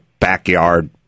backyard